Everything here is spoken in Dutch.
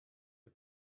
het